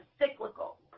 cyclical